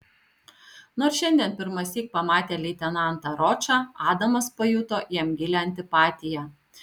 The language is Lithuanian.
nors šiandien pirmąsyk pamatė leitenantą ročą adamas pajuto jam gilią antipatiją